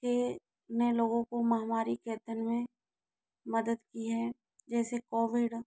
के नए लोगों को महामारी के अध्ययन में मदद की है जैसे कॉविड